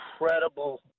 incredible